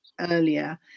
earlier